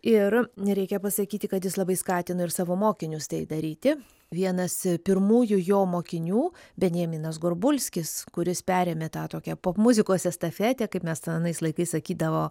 ir reikia pasakyti kad jis labai skatino ir savo mokinius tai daryti vienas pirmųjų jo mokinių benjaminas gorbulskis kuris perėmė tą tokią popmuzikos estafetę kaip mes anais laikais sakydavo